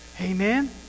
Amen